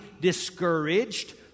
discouraged